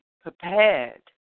prepared